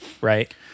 Right